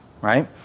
right